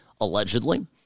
allegedly